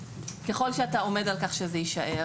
ככל שאתה עומד על כך שזה יישאר